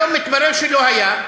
היום התברר שלא היה.